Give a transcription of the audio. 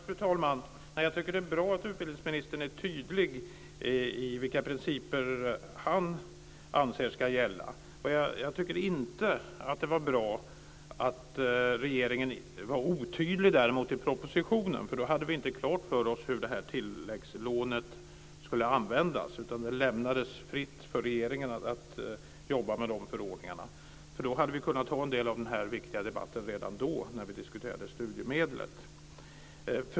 Fru talman! Jag tycker att det är bra att utbildningsministern är tydlig i vilka principer han anser ska gälla. Jag tycker inte att det var bra att regeringen var otydlig i propositionen. Vi hade inte klart för oss hur tilläggslånet skulle användas, utan det lämnades fritt för regeringen att jobba med de förordningarna. Vi hade redan då när vi diskuterade studiemedlet kunnat ha en del av den här viktiga debatten.